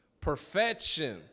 Perfection